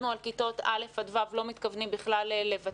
אנחנו על כיתות א' עד ו' לא מתכוונים בכלל לוותר.